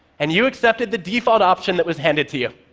and you accepted the default option that was handed to you.